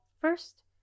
First